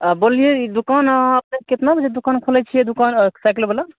आ बोललियै ई दोकान अहाँके कितना बजे दोकान खोलै छियै दोकान साइकिल बला